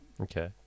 Okay